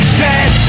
dead